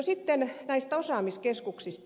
sitten näistä osaamiskeskuksista